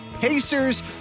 Pacers